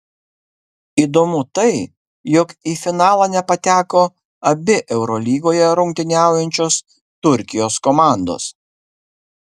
įdomu tai jog į finalą nepateko abi eurolygoje rungtyniaujančios turkijos komandos